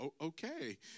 okay